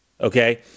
okay